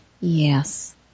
Yes